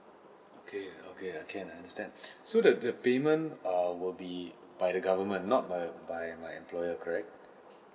okay okay can I understand so the the payment err will be by the government not by err my employer correct